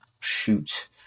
shoot